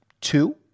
two